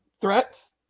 threats